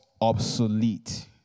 obsolete